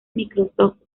microsoft